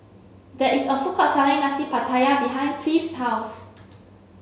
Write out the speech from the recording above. there is a food court selling Nasi Pattaya behind Cleve's house